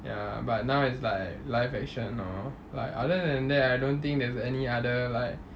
ya but now it's like live action lor but other than that I don't think there is any other like